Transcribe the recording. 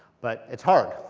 but it's hard.